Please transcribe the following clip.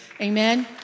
Amen